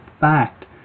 fact